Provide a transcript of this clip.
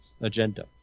agenda